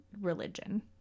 religion